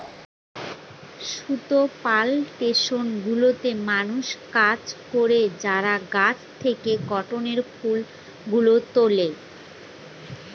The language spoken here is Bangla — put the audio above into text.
সুতা প্লানটেশন গুলোতে মানুষ কাজ করে যারা গাছ থেকে কটনের ফুল গুলো তুলে